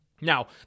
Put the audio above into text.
Now